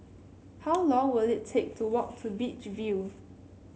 how long will it take to walk to Beach View